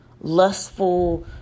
lustful